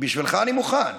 בשבילך אני מוכן.